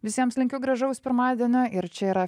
visiems linkiu gražaus pirmadienio ir čia yra